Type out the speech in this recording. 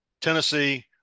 Tennessee